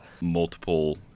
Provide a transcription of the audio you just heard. multiple